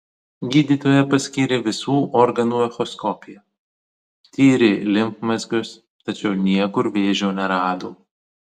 gydytoja paskyrė visų organų echoskopiją tyrė limfmazgius tačiau niekur vėžio nerado